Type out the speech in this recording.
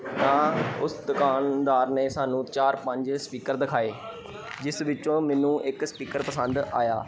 ਤਾਂ ਉਸ ਦੁਕਾਨਦਾਰ ਨੇ ਸਾਨੂੰ ਚਾਰ ਪੰਜ ਸਪੀਕਰ ਦਿਖਾਏ ਜਿਸ ਵਿੱਚੋਂ ਮੈਨੂੰ ਇੱਕ ਸਪੀਕਰ ਪਸੰਦ ਆਇਆ